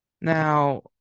Now